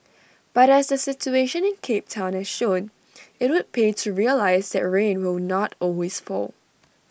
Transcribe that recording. but as the situation in cape Town has shown IT would pay to realise that rain will not always fall